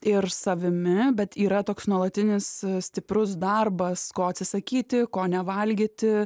ir savimi bet yra toks nuolatinis stiprus darbas ko atsisakyti ko nevalgyti